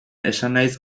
esanahiz